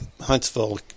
Huntsville